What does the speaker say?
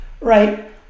right